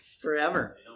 Forever